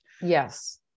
Yes